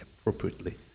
appropriately